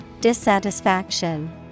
Dissatisfaction